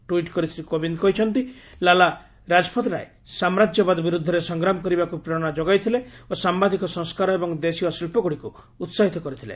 tweet କରି ଶ୍ରୀ କୋବିନ୍ଦ କହିଛନ୍ତି ଲାଲା ରାଜପଥ ରାୟ ସାମ୍ରାଜ୍ୟବାଦ ବିରୁଦ୍ଧରେ ସଂଗ୍ରାମ କରିବାକୁ ପ୍ରେରଣା ଯୋଗାଇଥିଲେ ଓ ସାମ୍ବାଦିକ ସଂସ୍କାର ଏବଂ ଦେଶୀୟ ଶିଳ୍ପଗୁଡ଼ିକୁ ଉତ୍କାହିତ କରିଥିଲେ